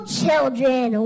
children